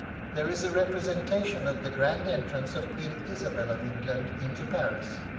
there is a representation of the grand entrance of queen isabel of england into paris,